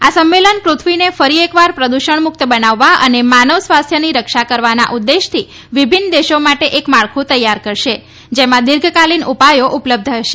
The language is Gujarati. આ સંમેલન પૃથ્વીને ફરી એકવાર પ્રદૃષણ મુક્ત બનાવવા અને માનવ સ્વાસ્થ્યની રક્ષા કરવાના ઉદ્દેશથી વિભિન્ન દેશો માટે એક માળખુ તૈથાર કરશે જેમાં દિર્ઘકાલીન ઉપાયો ઉપલબ્ધ હશે